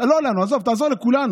לא לנו, תעזוב, תעזור לכולנו.